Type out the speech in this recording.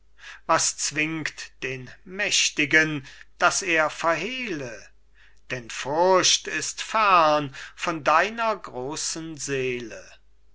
was zwingt den mächtigen daß er verhehle denn furcht ist fern von deiner großen seele